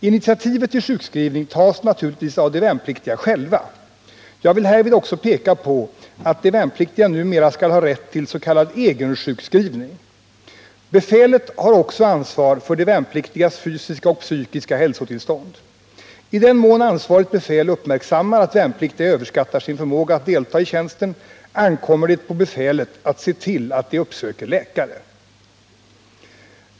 Initiativet till sjukskrivning tas naturligtvis av de värnpliktiga själva. Jag vill härvid också peka på att de värnpliktiga numera skall ha rätt till s.k. egensjukskrivning. Befälet har också ansvar för de värnpliktigas fysiska och psykiska hälsotillstånd. I den mån ansvarigt befäl uppmärksammar att värnpliktiga överskattar sin förmåga att delta i tjänsten ankommer det på befälet att se till att de uppsöker läkare.